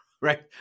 right